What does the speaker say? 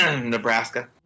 Nebraska